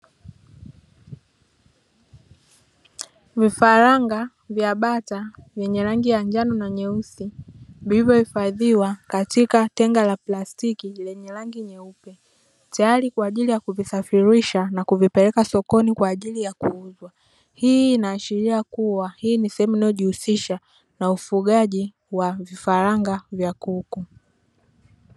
Vifaranga vya bata vyenye rangi ya njano na nyeusi vime hifadhiwa katika tenga la plastiki lenye rangi nyeupe tayari kwa ajili ya kuvisafirisha na kuvipeleka sokoni kwa ajili ya kuuzwa. Hii inaashiria kuwa hii ni sehemu inayojihusisha na ufugaji wa vifaranga vya kuku.